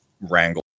wrangle